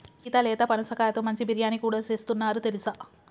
సీత లేత పనసకాయతో మంచి బిర్యానీ కూడా సేస్తున్నారు తెలుసా